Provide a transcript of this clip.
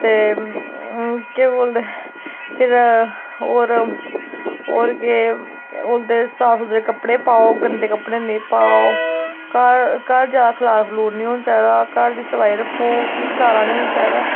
ते केह् बोलदे फिर होर होर केह् केह् बोलदे साफ सुथरे कपड़े पाओ गंदे कपड़े नेईं पाओ घर ज्यादा खलार खलूर नी होना चाहिदा घर दी सफाई रक्खो खलारा नी होना चाहिदा